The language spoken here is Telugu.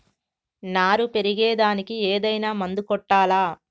నారు పెరిగే దానికి ఏదైనా మందు కొట్టాలా?